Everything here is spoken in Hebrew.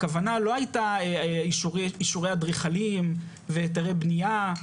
הכוונה לא הייתה אישורי אדריכלים והיתרי בנייה,